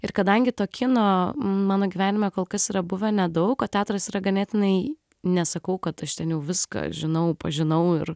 ir kadangi to kino mano gyvenime kol kas yra buvę nedaug o teatras yra ganėtinai nesakau kad aš ten jau viską žinau pažinau ir